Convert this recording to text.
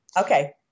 Okay